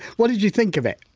what did you think of it?